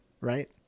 right